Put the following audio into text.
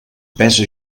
pes